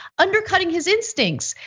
undercutting his instincts,